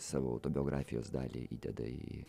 savo autobiografijos dalį įdeda į